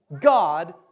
God